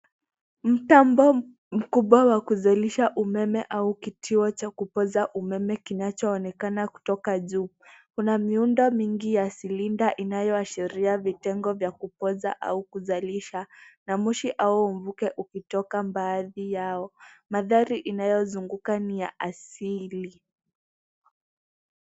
Mtambo Mkubwa wa kuzalisha umeme au kitiwa cha kipasa umeme kinacho onekana kutoka juu. Kuna miundo mingi ya silinda inayoashiria vitengo vya kupwaza au kuzalisha na Moshi au mvuke ukitoka baadhi yao mandhari inayozunguka ni ya asili.